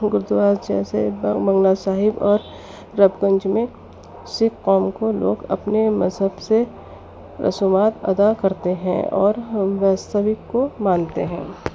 گردوارا جیسے بنگلہ صاحب اور رب گنج میں سکھ قوم کو لوگ اپنے مذہب سے رسومات ادا کرتے ہیں اور ہم واستوک کو مانتے ہیں